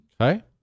Okay